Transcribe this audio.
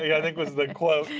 i think was the quote.